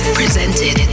presented